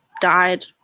died